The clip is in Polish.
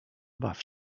baw